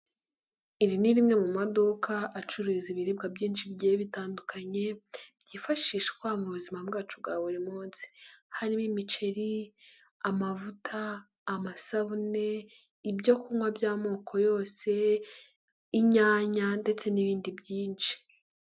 Iri ni rimwe mu maduka acuruza ibiribwa byinshi bigiye bitandukanye, byiyifashishwa mu buzima bwacu bwa buri munsi. Harimo: imiceri, amavuta, amasabune, ibyo kunywa by'amoko yose, inyanya ndetse n'ibindi byinshi.